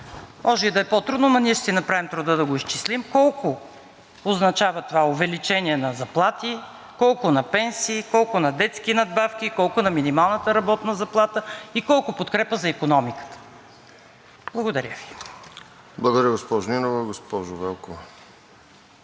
Може и да е по-трудно, но ние ще си направим труда да го изчислим. Колко означава това увеличение на заплати, колко на пенсии, колко на детски надбавки, колко на минималната работна заплата и колко подкрепа за икономиката? Благодаря Ви. ПРЕДСЕДАТЕЛ РОСЕН ЖЕЛЯЗКОВ: Благодаря, госпожо Нинова. Госпожо Велкова.